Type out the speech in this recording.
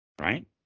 right